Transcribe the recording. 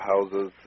houses